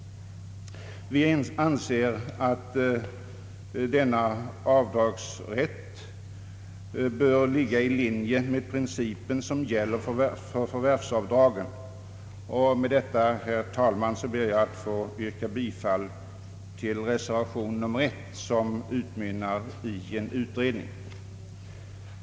Vi anser att denna avdragsrätt bör ligga i linje med de principer som gäller för förvärvsavdragen. Med detta, herr talman, ber jag att få yrka bifall till reservation nr 1, som utmynnar i begäran om en utredning.